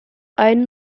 einen